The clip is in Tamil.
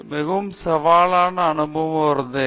மிகவும் சவாலான அனுபவம் ஏன்று உணர்ந்தேன்